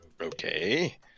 Okay